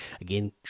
again